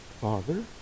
Father